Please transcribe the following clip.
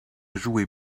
joué